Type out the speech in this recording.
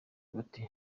bati